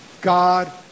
God